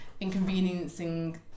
inconveniencing